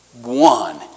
one